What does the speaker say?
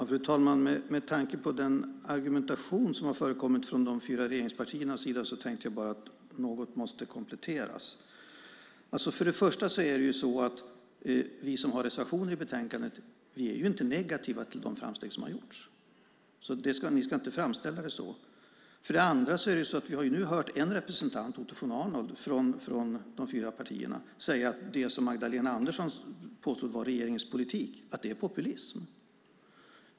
Fru talman! Med tanke på den argumentation som har förekommit från de fyra regeringspartiernas sida måste jag komplettera något. För det första är vi som har reservationer i betänkandet inte negativa till de framsteg som har gjorts, så ni ska inte framställa det så. För det andra har vi nu hört en representant, Otto von Arnold, från de fyra partierna säga att det som Magdalena Andersson påstod var regeringens politik är populism.